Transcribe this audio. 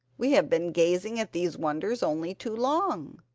we have been gazing at these wonders only too long.